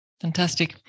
Fantastic